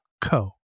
co